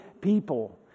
people